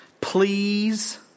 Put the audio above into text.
please